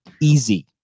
easy